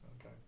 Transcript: Okay